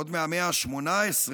עוד מהמאה ה-18,